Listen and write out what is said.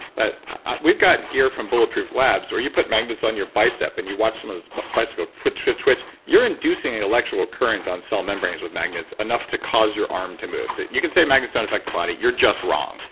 but we've got gear from bullet proof labs where you put magnets on your bicep and you watch that ah bicep go twitch, twitch twitch. you're inducing an electrical current on cell membranes with magnets, enough to cause your arm to move. so you can say magnets don't affect the body. you're just wrong.